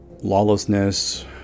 lawlessness